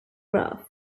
graph